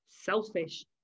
selfish